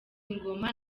ingoma